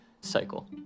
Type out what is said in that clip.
cycle